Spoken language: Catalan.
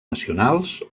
nacionals